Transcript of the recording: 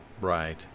Right